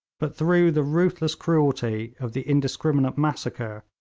but through the ruthless cruelty of the indiscriminate massacre,